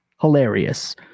hilarious